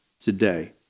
today